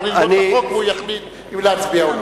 ללמוד את החוק והוא יחליט אם להצביע או לא.